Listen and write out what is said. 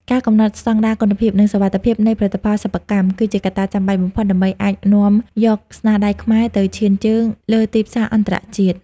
ការកំណត់ស្ដង់ដារគុណភាព និងសុវត្ថិភាពនៃផលិតផលសិប្បកម្ម គឺជាកត្តាចាំបាច់បំផុតដើម្បីអាចនាំយកស្នាដៃខ្មែរទៅឈានជើងលើទីផ្សារអន្តរជាតិ។